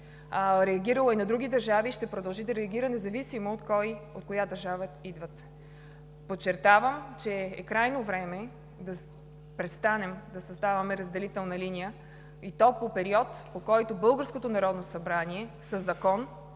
Реагирало е и на други държави и ще продължи да реагира независимо от кого и от коя държава идват. Подчертавам, че е крайно време да престанем да създаваме разделителна линия, и то по период, по който българското Народно събрание се е